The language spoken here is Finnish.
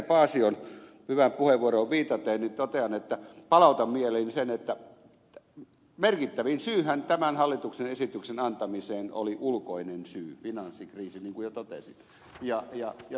paasion hyvään puheenvuoroon viitaten palautan mieliin sen että merkittävin syyhän tämän hallituksen esityksen antamiseen oli ulkoinen syy finanssikriisi niin kuin jo totesin